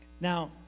now